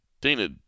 Dana